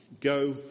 go